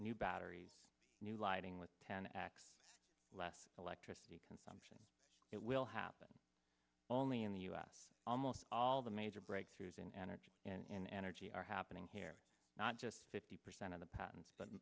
new batteries new lighting with ten x less electricity consumption it will happen only in the u s almost all the major breakthroughs in energy in energy are happening here not just fifty percent of the patents but